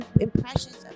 impressions